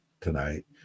tonight